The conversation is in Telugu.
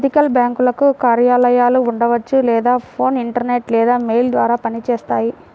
ఎథికల్ బ్యేంకులకు కార్యాలయాలు ఉండవచ్చు లేదా ఫోన్, ఇంటర్నెట్ లేదా మెయిల్ ద్వారా పనిచేస్తాయి